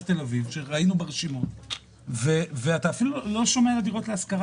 תל אביב שראינו ברשימות ואתה אפילו לא שומע על דירות להשכרה